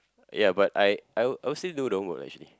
ya but I I would I would still do the homework lah actually